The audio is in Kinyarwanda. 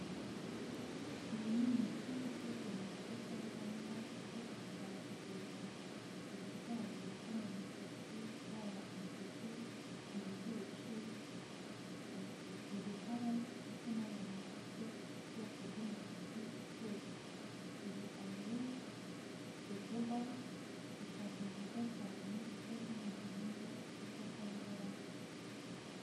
Uyu ni umuti ukozwe mu gikakarubamba udufasha kuvura uburwayi bwo mu musatsi yaba imvuvu, ibihushi, uruhara ndetse n'abantu bafite ubwoko bw'umusatsi upfuka. Iyi arowe jojoba ni shapo nziza cyane ikoze mu gihingwa cy'ikakarubamba.